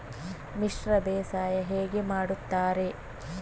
ಮಿಶ್ರ ಬೇಸಾಯ ಹೇಗೆ ಮಾಡುತ್ತಾರೆ?